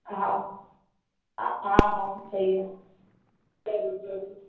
हा हा हा सही आहे ज़रूरु ज़रूरु